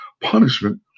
punishment